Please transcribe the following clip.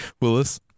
Willis